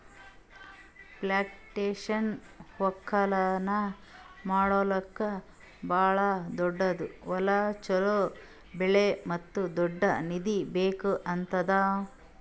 plantation ಒಕ್ಕಲ್ತನ ಮಾಡ್ಲುಕ್ ಭಾಳ ದೊಡ್ಡುದ್ ಹೊಲ, ಚೋಲೋ ಬೆಳೆ ಮತ್ತ ದೊಡ್ಡ ನಿಧಿ ಬೇಕ್ ಆತ್ತುದ್